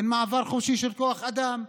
אין מעבר חופשי של כוח אדם,